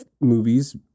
movies